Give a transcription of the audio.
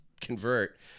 convert